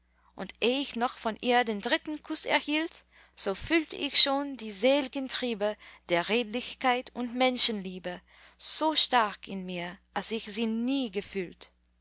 und eh ich noch von ihr den dritten kuß erhielt so fühlt ich schon die selgen triebe der redlichkeit und menschenliebe so stark in mir als ich sie nie gefühlt